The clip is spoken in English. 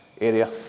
area